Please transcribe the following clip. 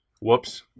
whoops